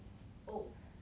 oh